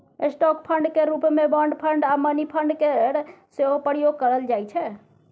stock fund केर रूप मे बॉन्ड फंड आ मनी फंड केर सेहो प्रयोग करल जाइ छै